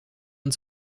und